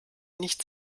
nicht